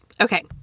Okay